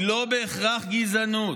היא לא בהכרח גזענות.